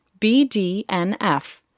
BDNF